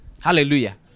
hallelujah